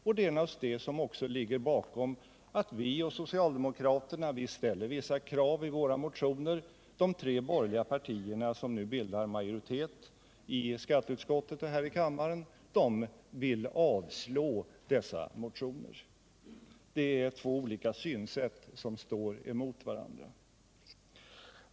Och det är naturligtvis det som också ligger bakom att vi och socialdemokraterna ställer vissa krav i våra motioner och att de tre borgerliga partier som nu bildar majoriteten i skatteutskottet och här i kammaren vill avslå våra motioner. Det är två olika synsätt som står emot varandra.